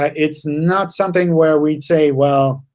um it's not something where we'd say, well,